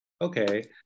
okay